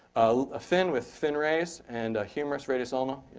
um a fin with fin rays, and a humorous, radius, ulna,